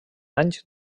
anys